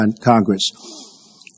Congress